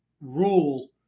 rule